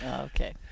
Okay